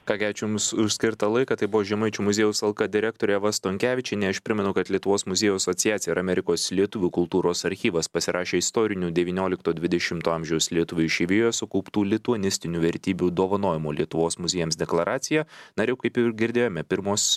ką gi ačiū jums už skirtą laiką tai buvo žemaičių muziejaus alka direktorė eva stonkevičienė aš primenu kad lietuvos muziejų asociacija ir amerikos lietuvių kultūros archyvas pasirašė istorinių devyniolikto dvidešimto amžiaus lietuvių išeivijos sukauptų lituanistinių vertybių dovanojimo lietuvos muziejams deklaraciją na ir jau kaip ir girdėjome pirmos